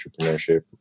entrepreneurship